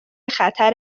خطر